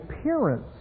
appearance